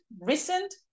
recent